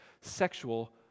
sexual